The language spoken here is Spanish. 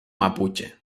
mapuche